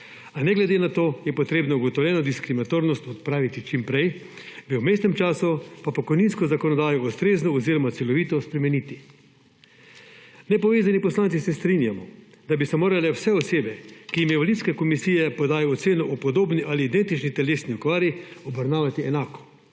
a ne glede na to je potrebno ugotovljeno diskriminatornost odpraviti čim prej, v vmesnem času pa pokojninsko zakonodajo ustrezno oziroma celovito spremeniti. Nepovezani poslanci se strinjamo, da bi se morale vse osebe, ki jim invalidske komisije podajo oceno o podobni ali identični telesni okvari, obravnavati enako,